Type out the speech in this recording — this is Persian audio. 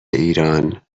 ایران